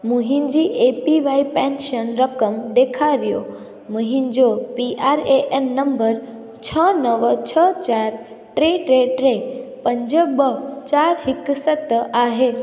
मुंहिंजी A P Y pension रक़म ॾेखारियो मुंहिंजो P R A N number छह नव छह चारि टे टे टे पंज ॿ चारि हिकु सत आहे